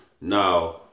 now